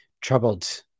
troubled